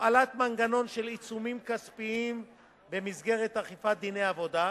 הפעלת מנגנון של עיצומים כספיים במסגרת אכיפת דיני העבודה,